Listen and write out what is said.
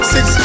Six